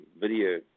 video